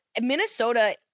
minnesota